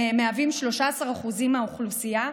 המהווים 13% מהאוכלוסייה.